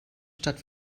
stadt